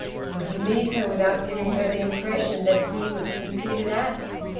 could he meet her without giving her the impression that he was a conceited ass?